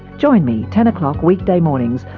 join me, ten o'clock weekday mornings,